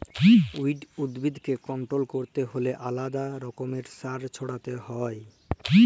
weed উদ্ভিদকে control ক্যরতে হ্যলে আলেদা রকমের সার ছড়াতে হ্যয়